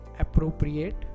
appropriate